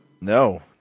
No